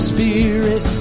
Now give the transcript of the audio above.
Spirit